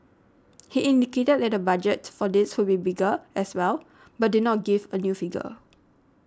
he indicated that the budget for this would be bigger as well but did not give a new figure